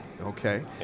okay